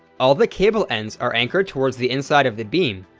all the cable ends are anchored towards the inside of the beam,